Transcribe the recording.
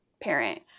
parent